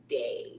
day